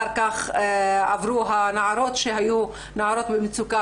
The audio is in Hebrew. אחר כך עברו הנערות שהיו נערות במצוקה,